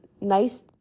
nice